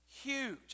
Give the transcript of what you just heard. huge